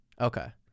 Okay